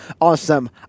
Awesome